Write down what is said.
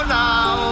now